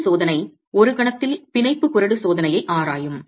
குறடு சோதனை ஒரு கணத்தில் பிணைப்பு குறடு சோதனையை ஆராயும்